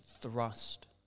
thrust